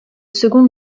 seconde